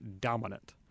dominant